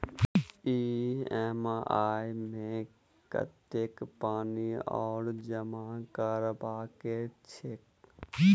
EMI मे कतेक पानि आओर जमा करबाक छैक?